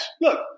look